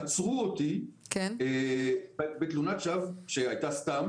עצרו אותי בתלונת שווא שהוגשה שם.